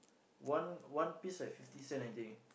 one one piece like fifty cent I think